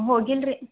ಹೋಗಿಲ್ರಿ